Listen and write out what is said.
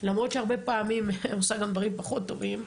למרות שהרבה פעמים עושה גם דברים פחות טובים,